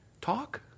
talk